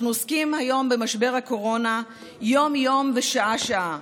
אנחנו עוסקים היום במשבר הקורונה יום-יום ושעה-שעה.